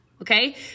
okay